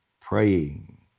praying